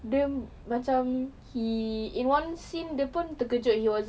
dia macam he in one scene dia pun terjekut he was